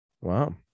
Wow